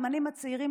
האלמנים הצעירים,